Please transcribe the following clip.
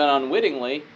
unwittingly